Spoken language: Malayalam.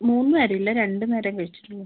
മൂന്ന് നേരം ഇല്ല രണ്ട് നേരമേ കഴിച്ചിട്ടുള്ളൂ